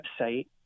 website